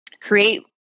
create